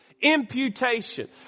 Imputation